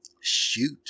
shoot